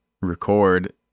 record